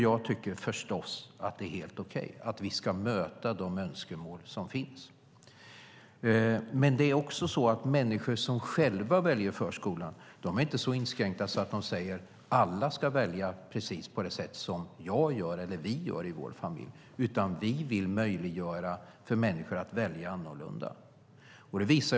Jag tycker förstås att det är helt okej och att vi ska möta de önskemål som finns. Det är dock också så att människor som själva väljer förskolan inte är så inskränkta att de säger att alla ska välja på precis det sätt de gör i deras familj. Vi vill möjliggöra för människor att välja annorlunda.